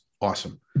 awesome